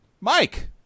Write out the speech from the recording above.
Mike